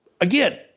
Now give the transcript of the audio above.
Again